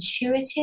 intuitive